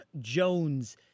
Jones